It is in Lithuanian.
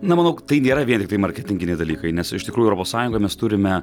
na manau tai nėra vien tiktai marketinginiai dalykai nes iš tikrųjų europos sąjungoj mes turime